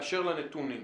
באשר לנתונים.